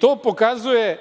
To pokazuje